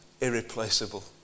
irreplaceable